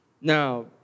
Now